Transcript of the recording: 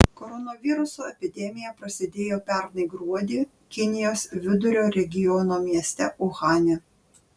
koronaviruso epidemija prasidėjo pernai gruodį kinijos vidurio regiono mieste uhane